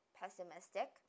pessimistic